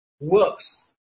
works